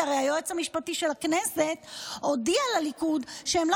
כי הרי היועץ המשפטי של הכנסת הודיע לליכוד שהם לא